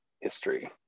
history